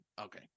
Okay